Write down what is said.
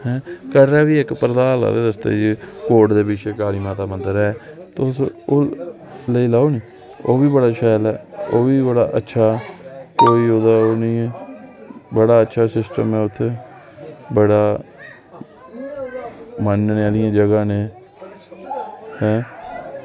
कटरै च बी इक्क प्रभात आह्ले रस्ते च कोर्ट दे बिच काली माता दा मंदर ऐ तुस ओह् लेई लैओ नी ओह्बी बड़ा शैल ऐ ओह्बी बड़ा अच्छा ते ओह्दा ओह् नी बड़ा अच्छा सिस्टम ऐ उत्थें बड़ा मन्नने आह्लियां जगहां न एह् ऐं